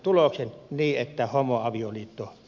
arvoisa puhemies